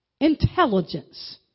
intelligence